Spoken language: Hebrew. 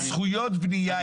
הזכויות בנייה,